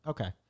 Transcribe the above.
Okay